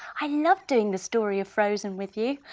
i loved doing the story of frozen with you,